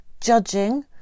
judging